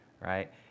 right